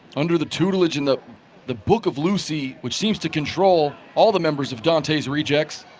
under the tutelage and the the book of lucy which seems to control all the members of dantes rejects